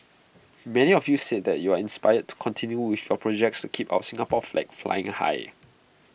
many of you said that you are inspired to continue with your projects to keep our Singapore flag flying high